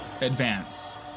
advance